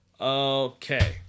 okay